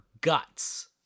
Guts